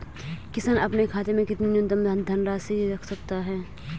किसान अपने खाते में कितनी न्यूनतम धनराशि जमा रख सकते हैं?